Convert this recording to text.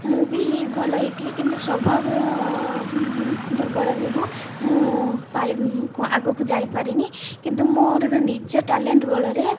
ମୁଁ ବି ଭଲ ହୋଇଥିଲି କିନ୍ତୁ ସ୍ଵଭାବ ଦୁର୍ବଳ ଯୋଗୁ ମୁଁ ଆଗକୁ ଯାଇ ପାରିନି କିନ୍ତୁ ମୋର ନିଜ ଟ୍ୟାଲେଣ୍ଟ ବଳରେ